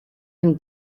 him